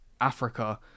Africa